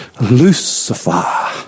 Lucifer